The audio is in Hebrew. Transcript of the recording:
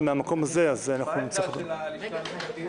אבל מהמקום הזה אנחנו נצטרך --- מה העמדה של הלשכה המשפטית?